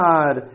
God